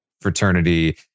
fraternity